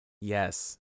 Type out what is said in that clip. Yes